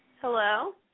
Hello